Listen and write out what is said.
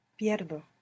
Pierdo